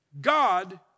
God